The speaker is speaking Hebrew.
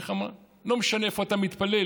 לא משנה איפה אתה מתפלל,